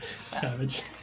Savage